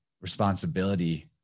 responsibility